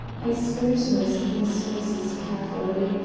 i scrutinized these faces carefully.